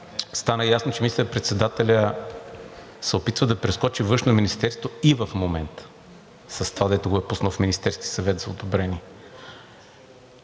стана ясно, че министър-председателят се опитва да прескочи Външно министерство и в момента с това, което е пуснал в Министерския съвет за одобрение.